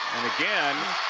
and again,